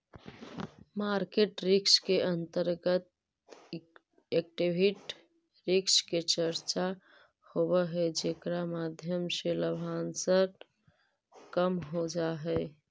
market risk के अंतर्गत equity risk के चर्चा होवऽ हई जेकरा माध्यम से लाभांश कम हो जा हई